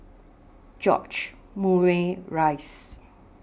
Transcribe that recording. George Murray Reith